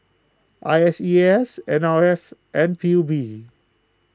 I S E A S N R F and P U B